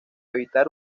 evitar